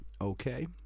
okay